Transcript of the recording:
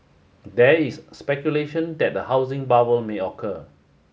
there is speculation that a housing bubble may occur